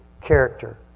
character